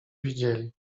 widzieli